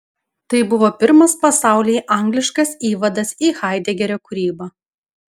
tai buvo pirmas pasaulyje angliškas įvadas į haidegerio kūrybą